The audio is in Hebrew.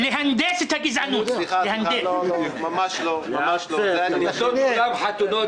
לבקשת חברי כנסת רבים שנכחו בדיונים הרבים שוועדת הפנים קיימה בחוק הזה,